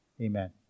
Amen